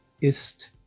ist